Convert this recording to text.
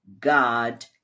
God